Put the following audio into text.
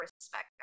respect